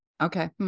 Okay